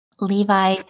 Levi